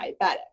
diabetic